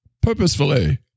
purposefully